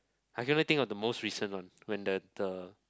I can only think of the most recent one when that the